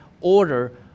order